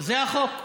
זה החוק.